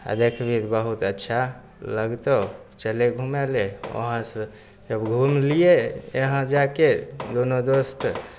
आ देखबिही तऽ बहुत अच्छा लगतहुँ चले घूमे ले वहाँ से जब घुमि लियै यहाँ जाएके दुनू दोस्त